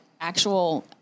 actual